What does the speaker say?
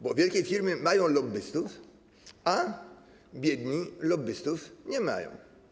Bo wielkie firmy mają lobbystów, a biedni lobbystów nie mają.